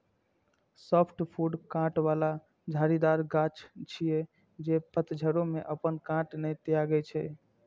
softwood कांट बला झाड़ीदार गाछ छियै, जे पतझड़ो मे अपन कांट नै त्यागै छै